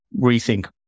rethink